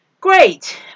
great